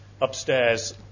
upstairs